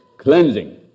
Cleansing